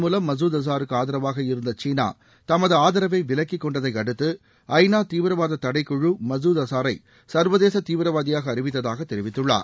மூலம் மசூத் அஸாருக்கு இதன் தமது விலக்கிக்கொண்டதைபடுத்து ஐ நா தீவிரவாத தடைக்குழு மசூத் அஸாரை சர்வதேச தீவிரவாதியாக அறிவித்ததாக தெரிவித்துள்ளார்